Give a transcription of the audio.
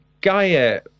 Gaia